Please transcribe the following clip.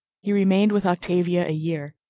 he remained with octavia a year.